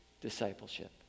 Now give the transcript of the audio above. discipleship